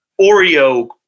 Oreo